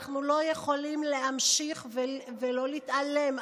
אנחנו לא יכולים להמשיך ולהתעלם,